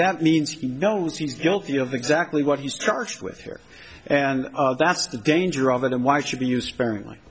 that means he knows he's guilty of exactly what he's charged with here and that's the danger of it and why should be used sparingly